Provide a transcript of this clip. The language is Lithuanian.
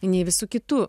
nei visu kitu